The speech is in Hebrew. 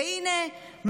והינה,